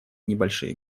небольшие